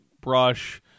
brush